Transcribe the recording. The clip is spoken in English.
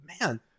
man